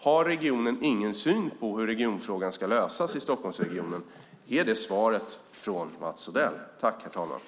Har regeringen ingen syn på hur regionfrågan ska lösas i Stockholmsregionen? Är det svaret från Mats Odell, herr talman?